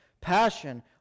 passion